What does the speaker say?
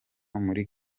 muri